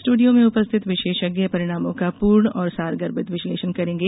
studio में उपस्थित विशेषज्ञ परिणामों का पूर्ण और सारगर्भित विश्लेषण करेंगे